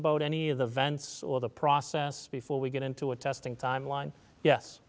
about any of the vents or the process before we get into a testing timeline yes